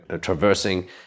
traversing